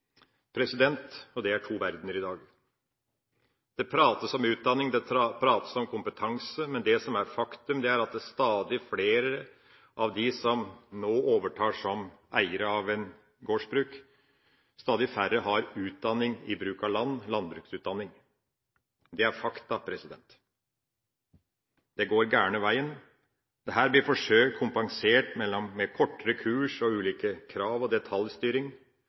det er to verdener i dag. Det prates om utdanning, det prates om kompetanse, men det som er et faktum, er at blant stadig flere av dem som nå overtar som eiere av et gårdsbruk, er det stadig færre som har utdanning i bruk av land, landbruksutdanning. Dette er et faktum. Det går den gale veien. Dette blir forsøkt kompensert med kortere kurs, ulike krav og detaljstyring.